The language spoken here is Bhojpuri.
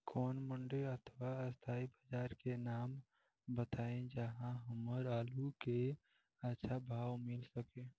कोई मंडी अथवा स्थानीय बाजार के नाम बताई जहां हमर आलू के अच्छा भाव मिल सके?